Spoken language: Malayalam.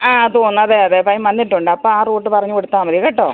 ആ തോന്നതെ അതെ പയ്യൻ വന്നിട്ടുണ്ടപ്പാ റൂട്ട് പറഞ്ഞു കൊടുത്താൽ മതി കേട്ടോ